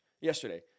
yesterday